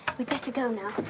we'd better go now.